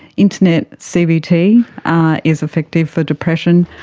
internet cbt is effective for depression,